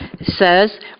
says